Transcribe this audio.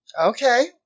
Okay